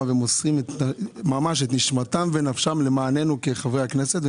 ומוסרים את נשמתם ונפשם למעננו חברי הכנסת.